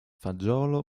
fagiolo